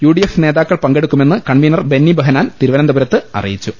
UDF നേതാക്കൾ പങ്കെ ടുക്കുമെന്ന് കൺവീനർ ബെന്നി ബഹനാൻ തിരുവനന്തപുരത്ത് അറിയിച്ചു